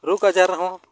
ᱨᱳᱜ ᱟᱡᱟᱨ ᱨᱮᱦᱚᱸ